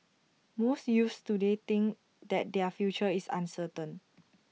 most youths today think that their future is uncertain